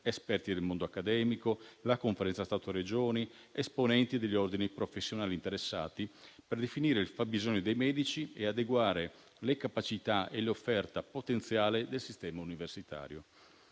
esperti del mondo accademico, la Conferenza Stato-Regioni ed esponenti degli ordini professionali interessati, per definire il fabbisogno dei medici e adeguare le capacità e l'offerta potenziale del sistema universitario.